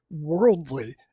worldly